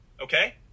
okay